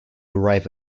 arrive